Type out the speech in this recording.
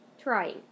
Trying